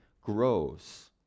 grows